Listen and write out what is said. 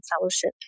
fellowship